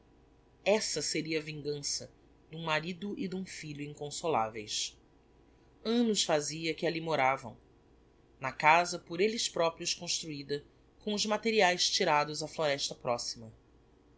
essa seria a vingança d'um marido e d'um filho inconsolaveis annos fazia que ali moravam na casa por elles proprios construida com os materiaes tirados á floresta proxima